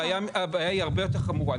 הבעיה היא הרבה יותר חמורה,